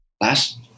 last